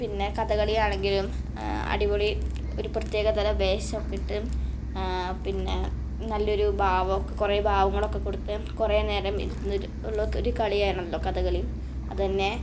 പിന്നെ കഥകളിയാണെങ്കിലും അടിപൊളി ഒരു പ്രത്യേക തര വേഷമൊക്കെ ഇട്ട് പിന്നെ നല്ലൊരു ഭാവമൊക്കെ കുറെ ഭാവങ്ങളൊക്കെ കൊടുത്ത് കുറെ നേരം ഇരുന്ന് ഉള്ള ഒരു കളിയാണല്ലോ കഥകളി അത് തന്നെ